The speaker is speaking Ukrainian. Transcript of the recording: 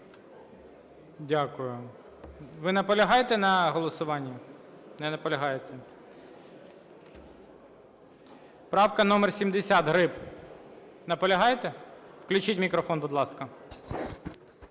Дякую. Ви наполягаєте на голосуванні? Не наполягаєте. Правка номер 70, Гриб. Наполягаєте? Включіть мікрофон, будь ласка.